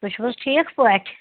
تُہۍ چھُو حظ ٹھیٖک پٲٹھۍ